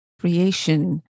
creation